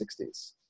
1960s